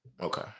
Okay